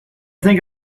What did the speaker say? think